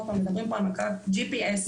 אנחנו מדברים פה על מעקב ג'י-פי-אס